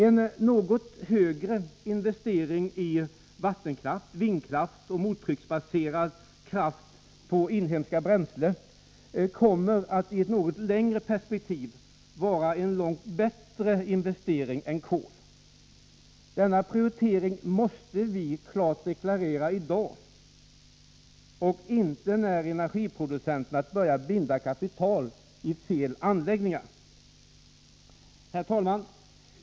En något högre investering i vattenkraft, vindkraft och mottrycksbaserad kraft på inhemska bränslen kommer att i ett något längre perspektiv vara en långt bättre investering än kol. Denna prioritering måste vi klart deklarera i dag och inte när energiproducenterna har börjat binda kapital i fel investeringar. Herr talman!